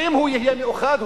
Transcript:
אם הוא יהיה מאוחד,